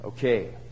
Okay